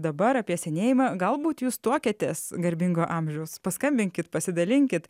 dabar apie senėjimą galbūt jūs tuokėtės garbingo amžiaus paskambinkit pasidalinkit